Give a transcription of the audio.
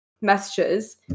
messages